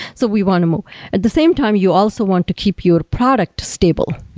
so we want at the same time you also want to keep your product stable.